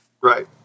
Right